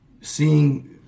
seeing